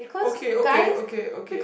okay okay okay okay